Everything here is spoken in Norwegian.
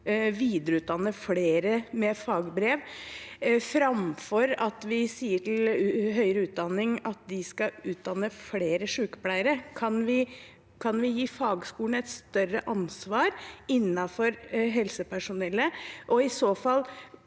videreutdanne flere med fagbrev, framfor at vi sier til høyere utdanning at de skal utdanne flere sykepleiere? Kan vi gi fagskolene et større ansvar for helsepersonell,